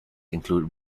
include